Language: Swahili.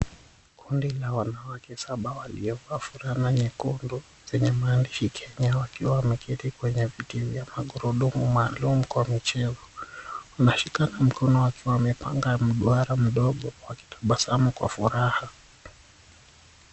Kundi la wanawake saba walio na fulana na nyekundu zenye maandishi Kenya wakiwa wameketi kwenye viti vya magurudumu maalum kwa michezo. Wameshikana mikono wakiwa wamepanga mduara mdogo wakitabasamu kwa furaha.